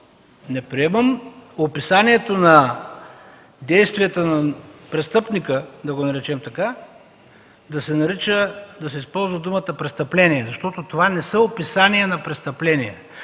не приемам описанието на действията на престъпника, да го наречем така, да се използва думата „престъпление”, защото това не са описания на престъпления.